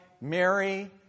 Mary